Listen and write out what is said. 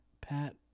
Pat